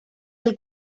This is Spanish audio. del